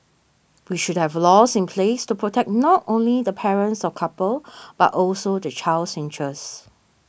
we should have laws in place to protect not only the parents or couple but also the child's interests